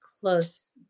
close